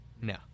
no